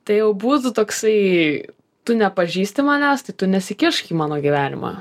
tai jau būtų toksai tu nepažįsti manęs tai tu nesikišk į mano gyvenimą